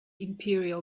imperial